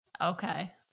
okay